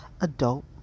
adult